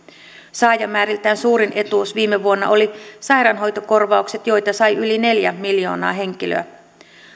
saajamääriltään suurin etuus viime vuonna oli sairaanhoitokorvaukset joita sai yli neljä miljoonaa henkilöä